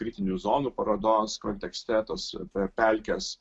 kritinių zonų parodos kontekste tos per pelkes